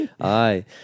aye